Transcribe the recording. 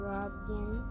Robin